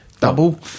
Double